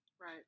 Right